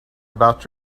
about